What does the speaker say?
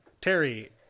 Terry